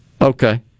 Okay